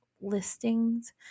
listings